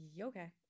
Okay